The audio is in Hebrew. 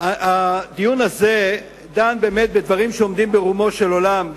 הדיון הזה דן באמת בדברים שעומדים ברומו של עולם,